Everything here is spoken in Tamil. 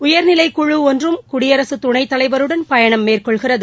உயர்நிலைக்குழு ஒன்றும் குடியரசுத் துணைத்தலைவருடன் பயணம் மேற்கொள்கிறது